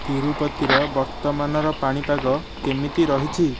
ତିରୁପତିର ବର୍ତ୍ତମାନର ପାଣିପାଗ କେମିତି ରହିଛି